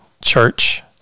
church